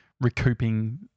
recouping